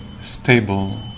stable